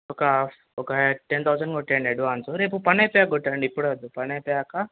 ఒక ఒక ten thousand కొట్టేయండి అడ్వాన్సు రేపు పని అయిపోయాక కొట్టండి ఇప్పుడే వద్దు పని అయిపోయాక